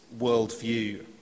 worldview